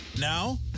Now